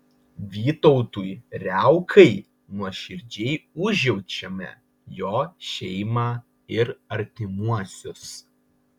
vytautui riaukai nuoširdžiai užjaučiame jo šeimą ir artimuosius